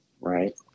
right